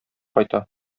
кайта